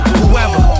whoever